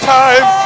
time